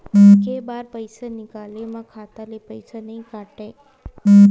के बार पईसा निकले मा खाता ले पईसा नई काटे?